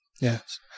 Yes